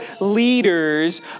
leaders